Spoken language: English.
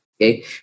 Okay